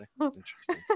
interesting